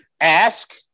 ask